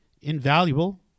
invaluable